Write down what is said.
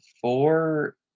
four